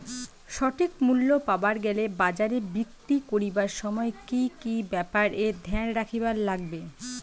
সঠিক মূল্য পাবার গেলে বাজারে বিক্রি করিবার সময় কি কি ব্যাপার এ ধ্যান রাখিবার লাগবে?